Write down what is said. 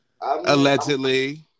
allegedly